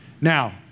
Now